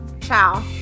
Ciao